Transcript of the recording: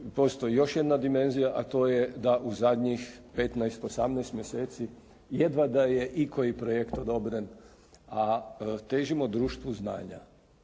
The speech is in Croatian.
postoji još jedna dimenzija, a to ja da u zadnjih 15, 18 mjeseci jedva da je ikoji projekt odobren, a težimo društvu znanja.